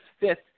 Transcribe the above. fifth